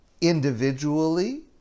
individually